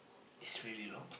is really long